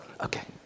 Okay